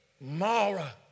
Mara